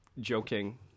joking